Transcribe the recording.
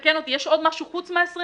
תקן אותי, יש עוד משהו חוץ מה-22%?